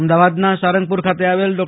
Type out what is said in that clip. અમદાવાદના સારંગપુર ખાતે આવેલ ડો